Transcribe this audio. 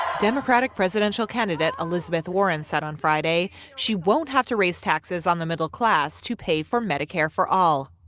democratic presidential candidate elizabeth warren said on friday she won't have to raise taxes on the middle class to pay for medicare for all.